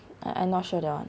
I I not sure that [one]